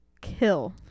kill